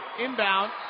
inbound